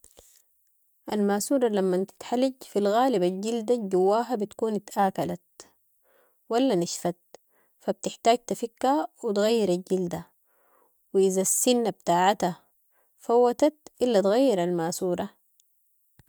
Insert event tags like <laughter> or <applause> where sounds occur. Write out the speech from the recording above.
<noise> الماسورة لمن تتحلج، في الغالب الجلدة الجواها بتكون اتاكلت ولا نشفت، فبتحتاج تفكها و تغيير الجلدة و اذا السنة بتاعتها فوتت الا تغير الماسورة.